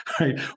right